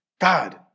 God